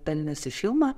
pelniusį filmą